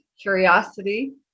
curiosity